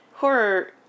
horror